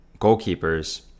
goalkeepers